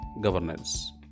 governance